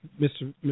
Mr